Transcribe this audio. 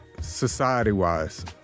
society-wise